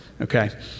Okay